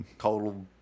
total